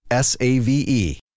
SAVE